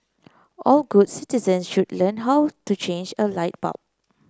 all good citizen should learn how to change a light bulb